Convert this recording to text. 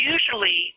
Usually